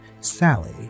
Sally